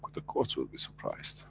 the courts will be surprised